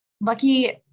Lucky